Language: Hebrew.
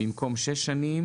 במקום 'שש שנים',